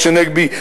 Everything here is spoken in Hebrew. משה נגבי.